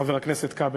חבר הכנסת כבל,